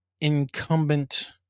incumbent